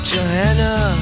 Johanna